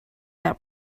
that